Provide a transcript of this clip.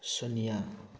ꯁꯨꯅꯤꯌꯥ